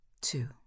Two